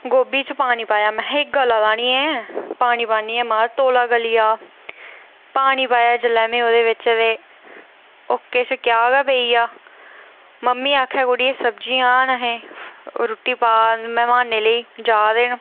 गोभी च पानी पाया महां एह् गला दा निं ऐ पानी पान्नी आं मत तौला गली जा पानी पाया जेल्लै में ओह्दे बिच ते क्या किश गै पेई गेआ मम्मी आक्खै कुड़िये सब्जी आह्न ऐहें रुट्टी पा मैहमाने लेई जा दे न